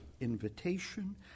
invitation